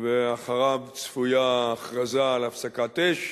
ואחריו צפויה הכרזה על הפסקת אש.